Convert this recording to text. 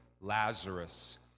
Lazarus